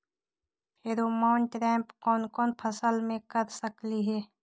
Pheromone trap कोन कोन फसल मे कर सकली हे?